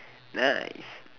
nice